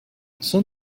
són